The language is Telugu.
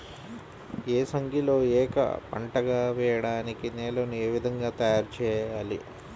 ఏసంగిలో ఏక పంటగ వెయడానికి నేలను ఏ విధముగా తయారుచేయాలి?